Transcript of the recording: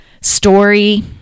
story